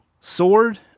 sword